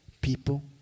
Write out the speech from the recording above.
people